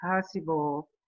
possible